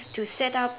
to set up